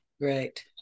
Right